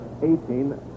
18